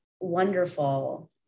wonderful